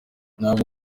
ntabwo